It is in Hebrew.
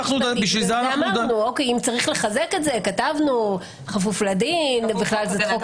סברנו שנכון לקבל את ההערות ולוותר על השקילות